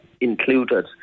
included